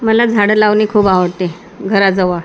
मला झाडं लावणे खूप आवडते घराजवळ